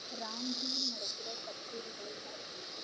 ராஞ்சியில் நடக்கிற கச்சேரிகளை காட்டு